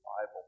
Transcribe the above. Bible